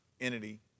entity